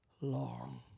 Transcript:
long